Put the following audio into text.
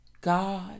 God